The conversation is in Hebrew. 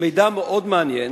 מידע מאוד מעניין,